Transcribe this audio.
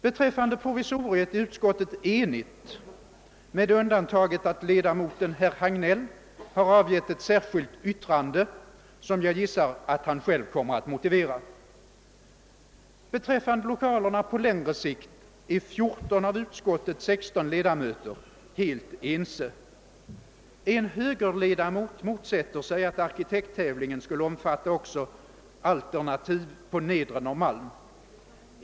Beträffande prorisoriet är utskottet enigt, med undantag av att ledamoten herr Hagnell har avgivit ett särskilt yttrande, som jag gissar att han själv kommer att motivera. Beträffande lokalerna på längre sikt är 14 av utskottets 16 ledamöter helt ense. En ledamot som representerar högerpartiet motsätter sig att arkitekttävlingen skulle omfatta också alternativ på Nedre Norrmalm.